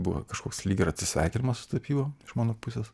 buvo kažkoks lyg ir atsisveikinimas su tapyba iš mano pusės